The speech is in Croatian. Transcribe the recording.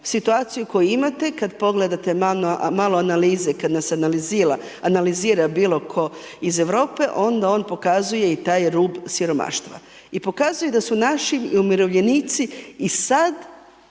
situaciju koju imate kad pogledate malo analize, kad nas analizira bilo tko iz Europe onda on pokazuje i taj rub siromaštva. I pokazuje da su naši umirovljenici i sad